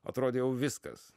atrodė jau viskas